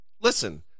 Listen